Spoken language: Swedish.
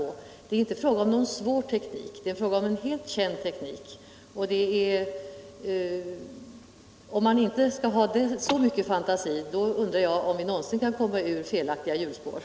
Det är inte fråga om någon svår teknik utan det är en helt känd teknik. Har man inte så mycket fantasi, då undrar jag om vi någonsin kan komma ur de felaktiga hjulspåren.